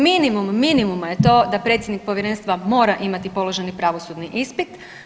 Minimum minimuma je to da predsjednik povjerenstva mora imati položeni pravosudni ispit.